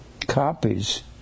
copies